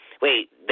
Wait